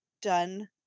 done